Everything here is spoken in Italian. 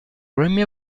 grammy